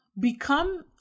become